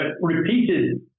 repeated